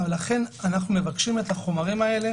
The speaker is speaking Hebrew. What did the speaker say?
לכן אנחנו מבקשים את החומרים האלה,